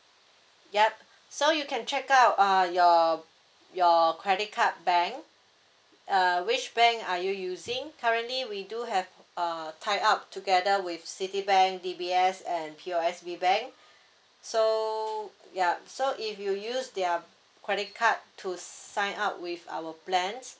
yup so you can check out uh your your credit card bank err which bank are you using currently we do have a tie up together with citibank D_B_S and P_O_S_B bank so yup so if you use their credit card to sign up with our plans